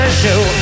show